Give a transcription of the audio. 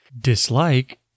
dislike